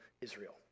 Israel